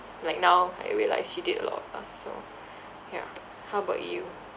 like now I realised she did a lot lah so yeah how about you